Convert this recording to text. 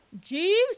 Jeeves